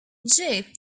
jip